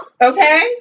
Okay